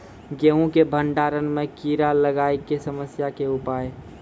गेहूँ के भंडारण मे कीड़ा लागय के समस्या के उपाय?